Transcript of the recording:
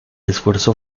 esfuerzo